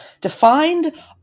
defined